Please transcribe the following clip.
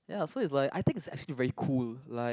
ya so is like I think is actually very cool like